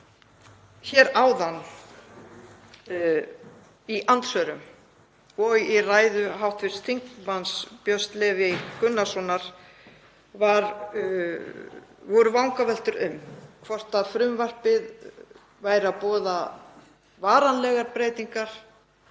Hér áðan í andsvörum og í ræðu hv. þm. Björns Levís Gunnarssonar voru vangaveltur um hvort frumvarpið væri að boða varanlegar breytingar